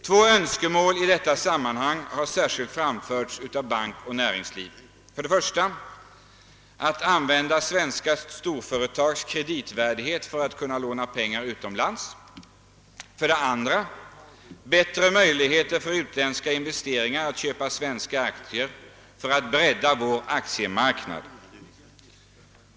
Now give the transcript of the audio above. Två önskemål har i detta sammanhang särskilt framförts av bankoch näringsliv, nämligen 1. att använda svenska företags kreditvärdighet för att låna pengar utomlands, 2. att skapa bättre möjligheter för utländska investerare att köpa svenska aktier, varigenom vi skulle kunna bredda vår aktiemarknad.